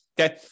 Okay